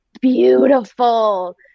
beautiful